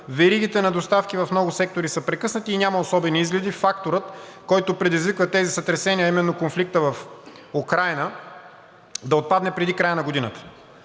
веригите на доставки в много сектори са прекъснати и няма особени изгледи факторът, който предизвиква тези сътресения, а именно конфликтът в Украйна, да отпадне преди края на годината.